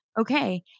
okay